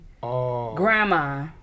grandma